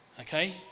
Okay